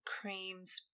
creams